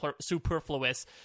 superfluous